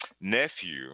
nephew